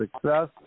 success